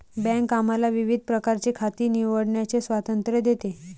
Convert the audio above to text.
bank आम्हाला विविध प्रकारची खाती निवडण्याचे स्वातंत्र्य देते